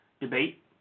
debate